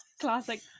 Classic